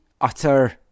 utter